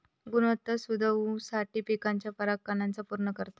गुणवत्ता सुधरवुसाठी पिकाच्या परागकणांका पुर्ण करता